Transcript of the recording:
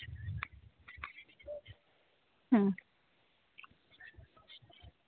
ᱦᱩᱸ